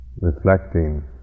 reflecting